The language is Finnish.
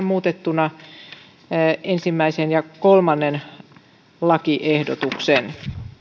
muutettuina ensimmäinen ja kolmannen lakiehdotuksen